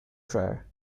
dryer